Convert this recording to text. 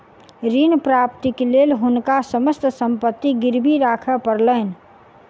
ऋण प्राप्तिक लेल हुनका समस्त संपत्ति गिरवी राखय पड़लैन